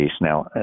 Now